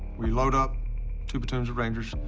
we load up two potential rangers,